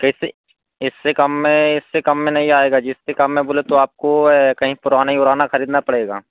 कैसे इससे कम में इससे कम में नही आएगा जी इससे कम में बोले तो आपको कहीं पुरानी वुराना खरीदना पड़ेगा